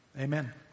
Amen